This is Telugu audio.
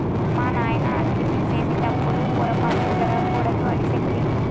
మా నాయన అగ్రిమెంట్ సేసెటప్పుడు పోరపాట్లు జరగకూడదు అని సెప్పిండు